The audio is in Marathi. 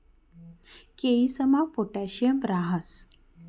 केयीसमा पोटॅशियम राहस